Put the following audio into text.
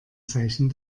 zeichen